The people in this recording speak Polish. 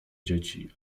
dzieci